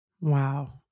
Wow